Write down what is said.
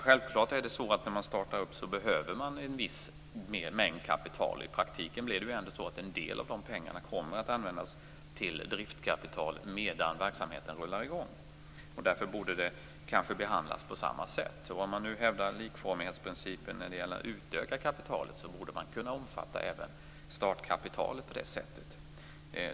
Självklart är det så att när man startar ett företag behövs en viss mängd kapital. I praktiken blir det så att en del av de pengarna kommer att användas till driftkapital medan verksamheten rullar i gång. Därför borde det behandlas på samma sätt. Skall likformighetsprincipen hävdas när det gäller att utöka kapitalet, borde även startkapitalet kunna omfattas.